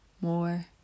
More